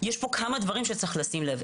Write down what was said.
יש פה כמה דברים שצריך לשים לב,